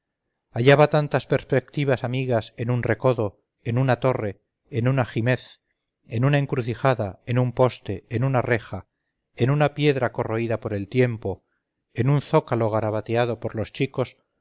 pesar hallaba tantas perspectivasamigas en un recodo en una torre en un ajimez en una encrucijada en un poste en una reja en una piedra corroída por el tiempo en un zócalo garabateado por los chicos